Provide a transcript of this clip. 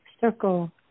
circle